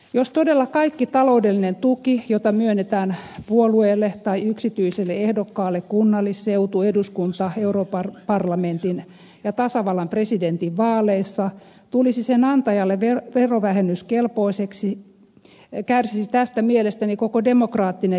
jos todella kaikki taloudellinen tuki jota myönnetään puolueelle tai yksityiselle ehdokkaalle kunnallis seutu eduskunta europarlamentti ja tasavallan presidentin vaaleissa tulisi sen antajalle verovähennyskelpoiseksi kärsisi tästä mielestäni koko demokraattinen järjestelmämme